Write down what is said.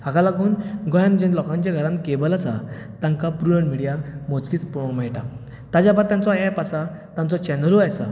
हाका लागून गोंयांत जे लोकांचे घरांत कॅबल आसा तांकां प्रुडंट मिडिया मोजकीच पळोवंक मेळटा ताजे भायर तांचो ऍप आसा तांचो चॅनलूय आसा